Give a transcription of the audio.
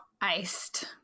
Iced